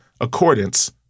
accordance